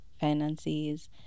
finances